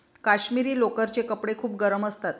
काश्मिरी लोकरचे कपडे खूप गरम असतात